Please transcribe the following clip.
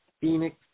Phoenix